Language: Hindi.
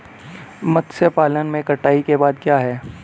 मत्स्य पालन में कटाई के बाद क्या है?